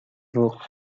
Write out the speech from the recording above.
book